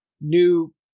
new